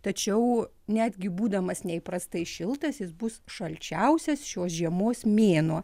tačiau netgi būdamas neįprastai šiltas jis bus šalčiausias šios žiemos mėnuo